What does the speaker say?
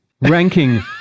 ranking